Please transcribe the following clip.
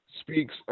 speaks